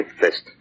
fist